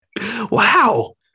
Wow